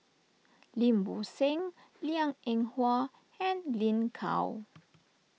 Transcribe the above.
Lim Bo Seng Liang Eng Hwa and Lin Gao